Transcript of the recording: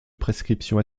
prescriptions